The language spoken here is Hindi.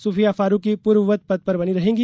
सूफिया फारुकी पूर्ववत पद पर बनी रहेंगी